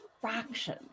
fraction